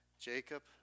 Jacob